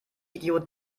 idiot